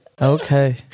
Okay